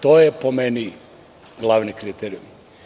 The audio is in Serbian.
To je, po meni, glavni kriterijum.